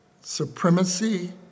supremacy